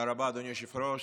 תודה רבה, אדוני היושב-ראש.